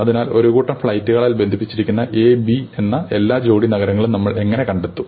അതിനാൽ ഒരു കൂട്ടം ഫ്ലൈറ്റുകളാൽ ബന്ധിപ്പിച്ചിരിക്കുന്ന A B എന്ന എല്ലാ ജോഡി നഗരങ്ങളും നമ്മൾ എങ്ങനെ കണ്ടെത്തും